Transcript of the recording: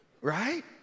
right